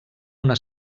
una